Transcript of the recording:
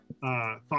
thought